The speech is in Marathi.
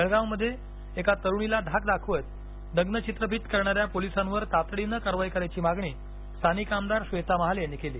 जळगावमधे एका तरुणीला धाक दाखवत नग्न चित्रफीत करणाऱ्या पोलिसांवर तातडीनं कारवाई करायची मागणी स्थानिक आमदार श्वेता महाले यांनी केली